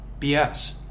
BS